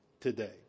today